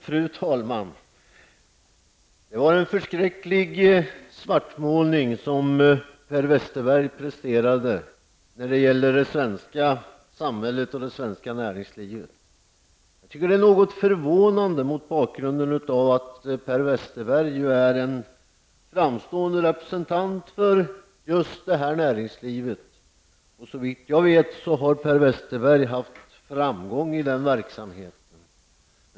Fru talman! Det var en förskräcklig svartmålning som Per Westerberg presterade beträffande det svenska samhället och dess näringsliv. Det är något förvånande mot bakgrund av att Per Westerberg ju är en framstående representant för detta näringsliv. Såvitt jag vet har Per Westerberg haft framgång i den verksamheten.